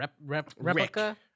replica